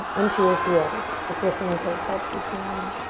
into your heels. if lifting the toes helps, you can.